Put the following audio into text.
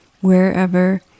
wherever